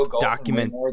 document